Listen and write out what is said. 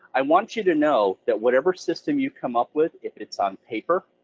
i want you to know that whatever system you come up with, if it's on paper,